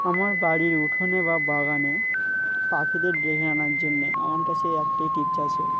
আমার বাড়ির উঠোনে বা বাগানে পাখিদের ডেকে আনার জন্যে আমার কাছে একটাই টিপস আছে